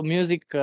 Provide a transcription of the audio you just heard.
Music